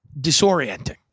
disorienting